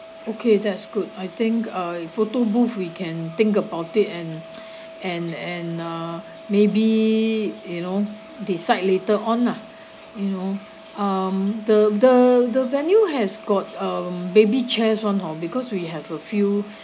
okay that's good I think uh photo booth we can think about it and and and uh maybe you know decide later on lah you know um the the venue has got um baby chairs [one] hor because we have a few